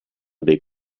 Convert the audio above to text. dei